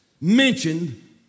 mentioned